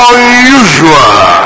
Unusual